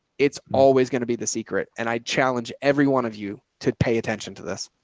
it's always going to be the secret and i challenge every one of you to pay attention to this.